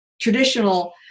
traditional